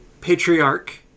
patriarch